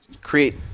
create